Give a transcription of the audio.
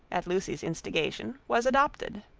at lucy's instigation, was adopted.